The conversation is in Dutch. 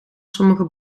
sommige